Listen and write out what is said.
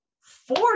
four